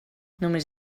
només